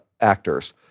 actors